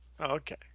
Okay